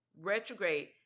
retrograde